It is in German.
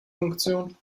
funktion